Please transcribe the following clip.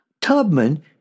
Tubman